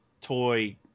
toy